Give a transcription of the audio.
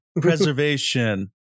preservation